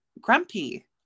grumpy